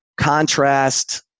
contrast